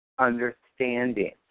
understanding